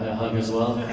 hug as well?